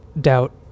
doubt